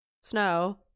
Snow